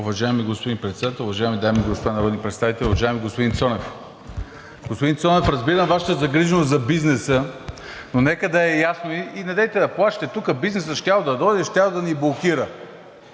Уважаеми господин Председател, уважаеми дами и господа народни представители, уважаеми господин Цонев! Господин Цонев, разбирам Вашата загриженост за бизнеса, но нека да е ясно, и недейте да плашите тук – бизнесът щял да дойде, щял да ни блокира.